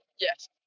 Yes